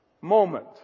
moment